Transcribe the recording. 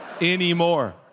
anymore